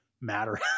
matter